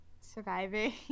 surviving